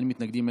אין מתנגדים,